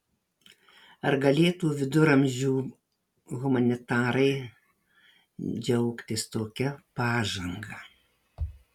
ar galėtų viduramžių humanitarai džiaugtis tokia pažanga